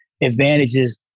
advantages